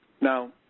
Now